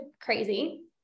crazy